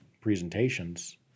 presentations